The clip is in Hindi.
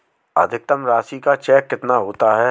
अधिकतम राशि का चेक कितना होता है?